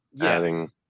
adding